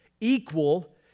Equal